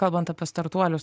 kalbant apie startuolius